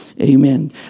Amen